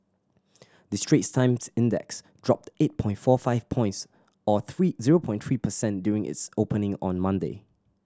the Straits Times Index dropped eight point four five points or three zero point three percent during its opening on Monday